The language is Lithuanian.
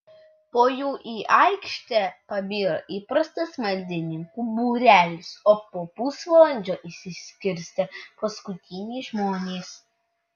po jų į aikštę pabiro įprastas maldininkų būrelis o po pusvalandžio išsiskirstė paskutiniai žmonės